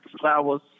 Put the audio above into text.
Flowers